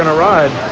and ride?